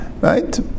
right